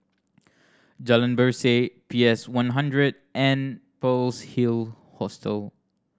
Jalan Berseh P S One hundred and Pearl's Hill Hostel